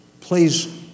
Please